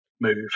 move